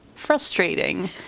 frustrating